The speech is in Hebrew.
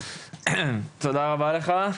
תודה רבה לך,